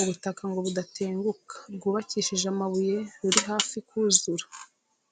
ubutaka ngo budatenguka rwubakishije amabuye ruri hafi kuzura.